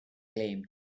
claim